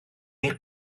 eich